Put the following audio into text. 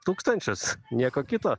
tūkstančius nieko kito